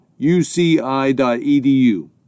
uci.edu